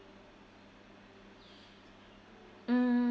mm